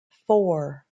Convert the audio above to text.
four